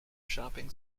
shopping